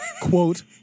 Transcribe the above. quote